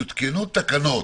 יותקנו תקנות